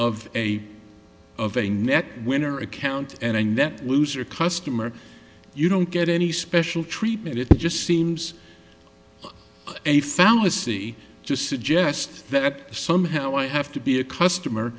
of a of a net winner account and loser customer you don't get any special treatment it just seems a fallacy to suggest that somehow i have to be a customer